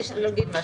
שומעים.